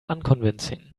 unconvincing